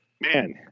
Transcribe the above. Man